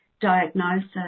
diagnosis